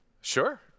Sure